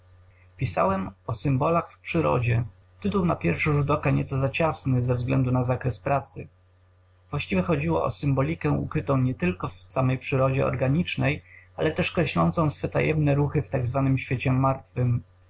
pisałem o symbolach w przyrodzie tytuł na pierwszy rzut oka nieco za ciasny ze względu na zakres pracy właściwie chodziło o symbolikę ukrytą nie tylko w samej przyrodzie organicznej ale też kreślącą swe tajemne ruchy w t zw świecie martwym